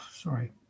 sorry